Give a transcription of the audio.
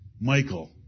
Michael